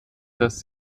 dass